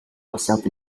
myself